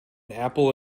apple